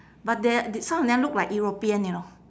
but there some of them look like european you know